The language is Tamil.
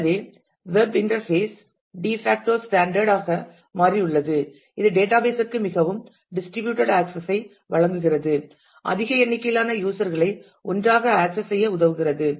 எனவே web interface de facto standard ஆக மாறியுள்ளது இது டேட்டாபேஸ் ற்கு மிகவும் டிஸ்ட்ரிபியூட்டட் ஆக்சஸ் ஐ வழங்குகிறது அதிக எண்ணிக்கையிலான யூஸர் களை ஒன்றாக ஆக்சஸ் செய்ய உதவுகிறது